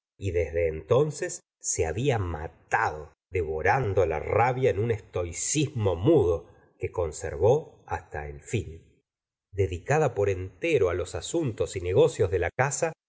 y desde entonces se habla matado devorando la rabia en un estoicismo mudo que conservó hasta la fin dedicada por entero los asuntos y negocios de la casa